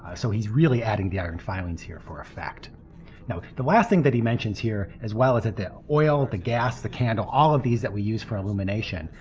so, he's really adding the iron fillings here for effect. now the last thing that he mentions here as well is that the oil, the gas, the candle, all of these that we use for illumination,